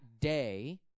day